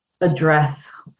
address